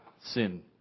sin